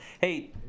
Hey